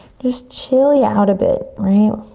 just chilling yeah out a bit, right,